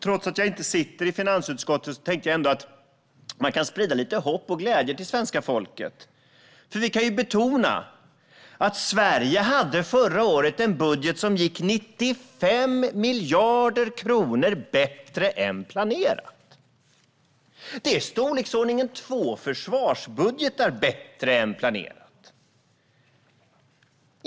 Trots att jag inte sitter i finansutskottet tänkte jag ändå att man kan sprida lite hopp och glädje till svenska folket. Vi kan nämligen betona att Sverige förra året hade en budget som gick 95 miljarder kronor bättre än planerat. Det är i storleksordningen två försvarsbudgetar bättre än planerat.